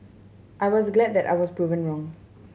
I was glad that I was proven wrong